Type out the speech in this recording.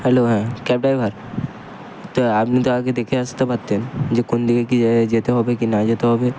hello হ্যাঁ cab driver তো আপনি তো আগে দেখে আসতে পারতেন যে কোন দিকে কী যেতে হবে কি না যেতে হবে